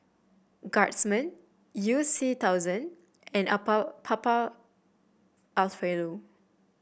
Guardsman You C thousand and Papa Alfredo